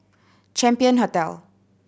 Champion Hotel